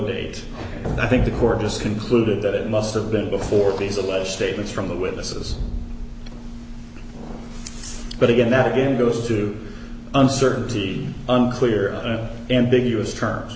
and i think the court just concluded that it must have been before these alleged statements from the witnesses but again that again goes to uncertainty unclear ambiguous terms